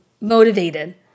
Motivated